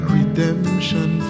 redemption